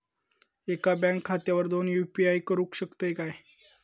एका बँक खात्यावर दोन यू.पी.आय करुक शकतय काय?